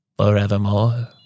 forevermore